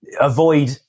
avoid